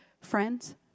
friends